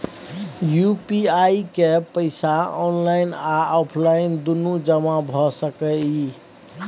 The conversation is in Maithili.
यु.पी.आई के पैसा ऑनलाइन आ ऑफलाइन दुनू जमा भ सकै इ?